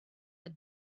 had